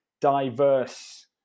diverse